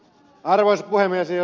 arvoisa puhemies